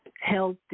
health